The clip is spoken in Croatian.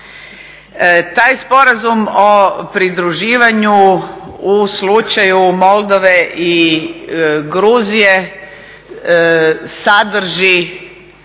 Taj Sporazum o pridruživanju u slučaju Moldove i Gruzije sadrži